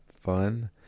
fun